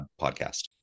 podcast